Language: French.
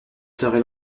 serait